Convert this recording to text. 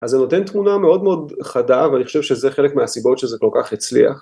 אז זה נותן תמונה מאוד מאוד חדה, ואני חושב שזה חלק מהסיבות שזה כל כך הצליח.